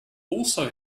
also